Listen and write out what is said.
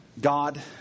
God